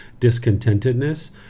discontentedness